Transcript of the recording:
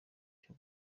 cyo